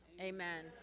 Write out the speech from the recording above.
Amen